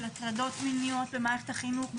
של הטרדות מיניות במערכת החינוך,